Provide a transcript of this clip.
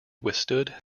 withstood